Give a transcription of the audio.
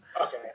Okay